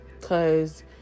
Cause